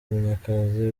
munyakazi